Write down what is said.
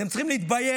אתם צריכים להתבייש.